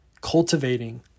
cultivating